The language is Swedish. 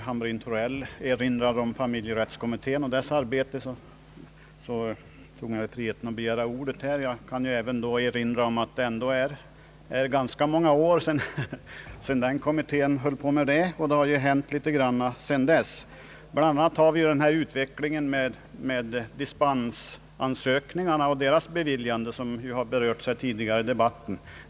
Herr talman! Jag tog mig friheten att begära ordet när fru Hamrin-Thorell erinrade om familjerättskommittén — det är ju ändå ganska många år sedan den arbetade med dessa frågor och det har hänt litet grand under tiden därefter. Bland annat har vi fått den utveckling i fråga om beviljandet av dispensansökningar som berörts tidigare i debatten.